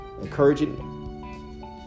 Encouraging